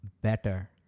better